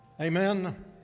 Amen